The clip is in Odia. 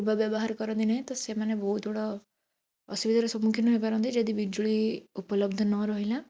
କିବା ବ୍ୟବହାର କରନ୍ତି ନାହିଁ ତ ସେମାନେ ବହୁତ ବଡ଼ ଅସୁବିଧାର ସମ୍ମୁଖୀନ ହେଇପାରନ୍ତି ଯଦି ବିଜୁଳି ଉପଲବ୍ଧ ନ ରହିଲା